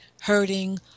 hurting